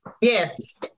Yes